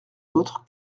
d’autre